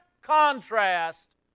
contrast